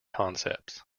concepts